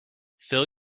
fill